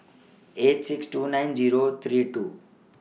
eight six two nine Zero three two